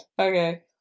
Okay